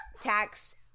tax